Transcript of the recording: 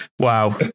Wow